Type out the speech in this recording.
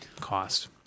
cost